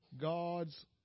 God's